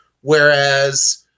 Whereas